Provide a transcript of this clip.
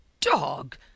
dog